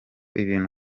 ibintu